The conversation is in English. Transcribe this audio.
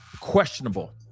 questionable